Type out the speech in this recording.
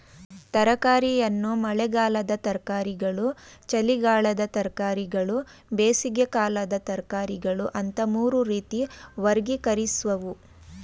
ತರಕಾರಿಯನ್ನು ಮಳೆಗಾಲದ ತರಕಾರಿಗಳು ಚಳಿಗಾಲದ ತರಕಾರಿಗಳು ಬೇಸಿಗೆಕಾಲದ ತರಕಾರಿಗಳು ಅಂತ ಮೂರು ರೀತಿ ವರ್ಗೀಕರಿಸವ್ರೆ